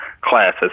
classes